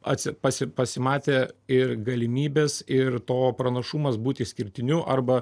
atsi pasi pasimatė ir galimybės ir to pranašumas būt išskirtiniu arba